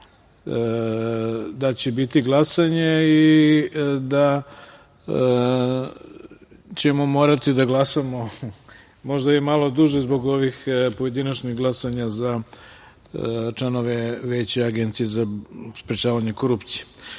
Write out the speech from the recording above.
da će biti glasanje i da ćemo morati da glasamo možda i malo duže zbog ovih pojedinačnih glasanja za članove Veća Agencije za sprečavanje korupcije. Idemo